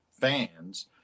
fans